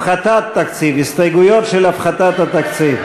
הפחתת תקציב, הסתייגויות של הפחתת תקציב,